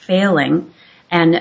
failing and